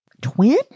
Twin